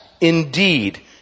indeed